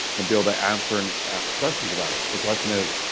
and be able to answer and ask questions about it. the question is,